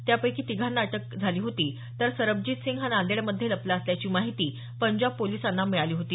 त्यापैकी तिघांना अटक झाली होती तर सरबजीतसिंग हा नांदेडमध्ये लपला असल्याची माहिती पंजाब पोलिसांना मिळाली होती